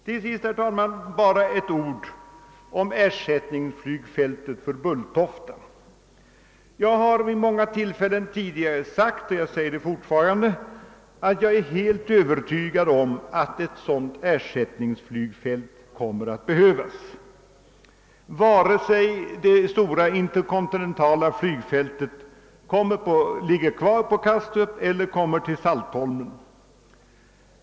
Till sist, herr talman, bara ett par ord om ersättningsflygfältet för Bulltofta. Jag har vid många tillfällen sagt — och jag säger det fortfarande — att jag är helt övertygad om att ett sådant ersättningsflygfält kommer att behövas, vare sig det stora interkontinentala flygfältet ligger kvar på Kastrup eller kommer till Saltholm.